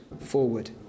forward